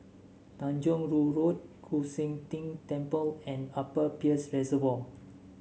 Tanjong Rhu Road Koon Seng Ting Temple and Upper Peirce Reservoir